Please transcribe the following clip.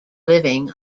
living